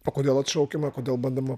o kodėl atšaukiama kodėl bandoma